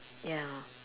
ya